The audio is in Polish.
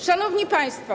Szanowni Państwo!